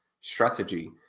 strategy